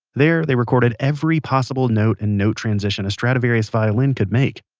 there, they recorded every possible note and note transition a stradivarius violin can make.